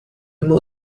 immer